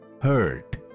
hurt